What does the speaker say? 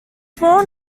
small